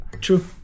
True